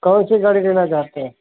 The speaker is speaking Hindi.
कौन सी गाड़ी लेना चाहते हैं